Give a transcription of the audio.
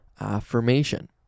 affirmation